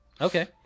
Okay